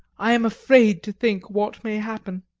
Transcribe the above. i am afraid to think what may happen.